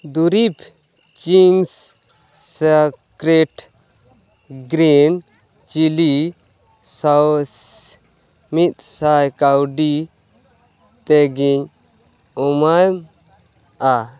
ᱫᱩᱨᱤᱵᱽ ᱪᱤᱱᱥ secret green chilli sauce ᱢᱤᱫᱥᱟᱭ ᱠᱟᱣᱰᱤ ᱛᱮᱜᱮᱧ ᱮᱢᱚᱜᱼᱟ